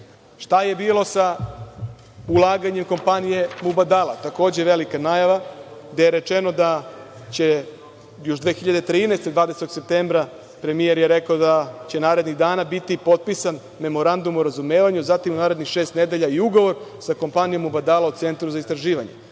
Šta je bilo sa ulaganjem kompanije „Mubadala“? Takođe velika najava gde je rečeno da će još, 20. septembra 2013. godine premijer je rekao da će narednih dana biti potpisan memorandum o razumevanju, zatim u narednih šest nedelja i ugovor za kompaniju „Mubadala“ u Centru za istraživanje.